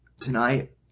tonight